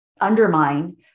undermine